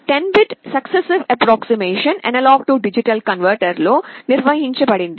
10 bit successive approximation A D కన్వర్టర్లో నిర్మించబడింది